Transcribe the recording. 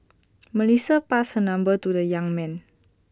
Melissa passed her number to the young man